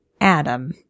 Adam